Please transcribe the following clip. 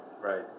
right